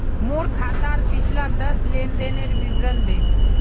मोर खातार पिछला दस लेनदेनेर विवरण दे